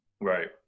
Right